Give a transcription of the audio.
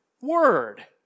word